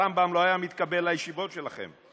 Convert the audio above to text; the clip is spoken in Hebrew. הרמב"ם לא היה מתקבל לישיבות שלכם.